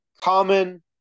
common